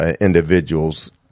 individuals